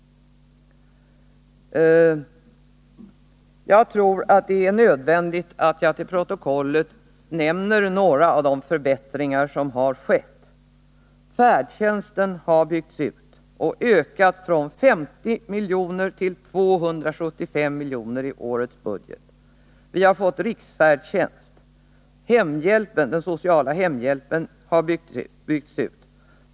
Jag tror att det är nödvändigt att jag till protokollet nämner några av de förbättringar som har skett. Färdtjänsten har byggts ut. Statsbidraget har ökat från 50 milj.kr. till 275 milj.kr. i årets budget. Vi har fått riksfärdtjänst. Den sociala hemhjälpen har byggts ut.